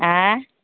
ऑंय